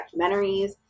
documentaries